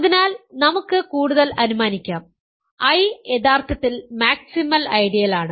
അതിനാൽ നമുക്ക് കൂടുതൽ അനുമാനിക്കാം I യഥാർത്ഥത്തിൽ മാക്സിമൽ ഐഡിയലാണ്